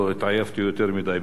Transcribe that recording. שלא התעייפתי יותר מדי.